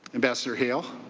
ambassador hale,